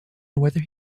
whether